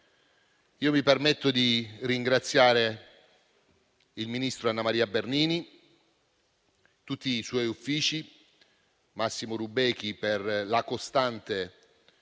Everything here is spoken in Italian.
Mi permetto di ringraziare il ministro Annamaria Bernini, tutti i suoi uffici e Massimo Rubechi per il costante